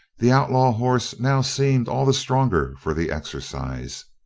the outlaw horse now seemed all the stronger for the exercise.